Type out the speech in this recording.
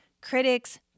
Critics